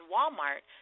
Walmart